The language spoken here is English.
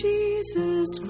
Jesus